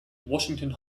washington